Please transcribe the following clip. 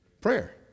prayer